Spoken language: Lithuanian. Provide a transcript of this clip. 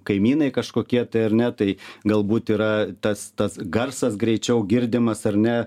kaimynai kažkokie tai ar ne tai galbūt yra tas tas garsas greičiau girdimas ar ne